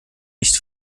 nicht